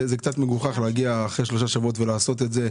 זה קצת מגוחך להגיע אחרי שלושה שבועות ולעשות את זה.